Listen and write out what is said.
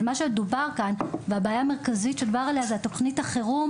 אבל מה שדובר כאן והבעיה המרכזית היא תוכנית החירום